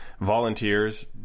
volunteers